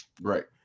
right